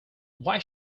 why